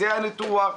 זה הניתוח.